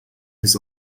his